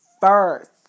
first